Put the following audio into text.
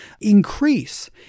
increase